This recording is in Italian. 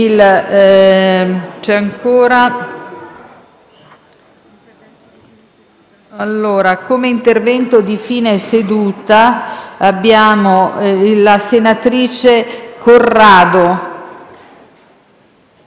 un ex calciatore che negli anni Sessanta e Settata giocò per la squadra bruzia, ma fu anche prestato ai cugini pitagorici. Oltre che in qualità di vecchia gloria di entrambe le squadre, Ciabattari è stato presentato come autore di due libri, i cui proventi saranno destinati in beneficenza.